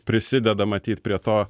prisideda matyt prie to